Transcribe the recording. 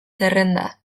zerrenda